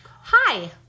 Hi